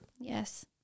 Yes